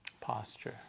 Posture